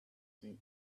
seen